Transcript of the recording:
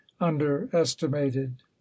underestimated